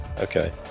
Okay